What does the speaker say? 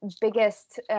biggest